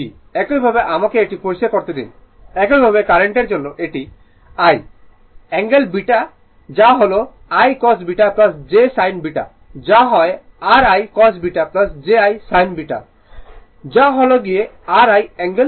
একইভাবে আমাকে এটি পরিষ্কার করতে দিন একইভাবে কারেন্টের জন্য এটি I অ্যাঙ্গেল β যা হল I cos β j sin βযা হয় r I cos β j I sin β যা হয় r I angle β